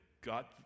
got